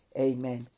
Amen